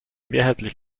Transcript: mehrheitlich